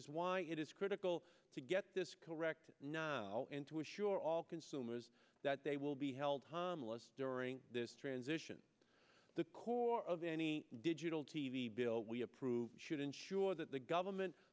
is why it is critical to get this corrected nile and to assure all consumers that they will be held harmless during this transition the core of any digital t v bill we approve should ensure that the government